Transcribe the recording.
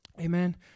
amen